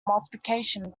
multiplication